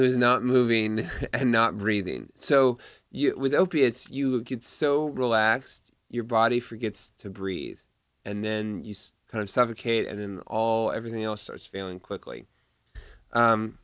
who is not moving and not breathing so you with opiates you get so relaxed your body forgets to breathe and then you kind of suffocate and then all everything else starts feeling quickly